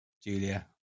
julia